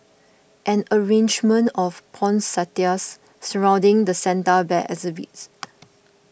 an arrangement of poinsettias surrounding the Santa Bear exhibit